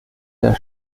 der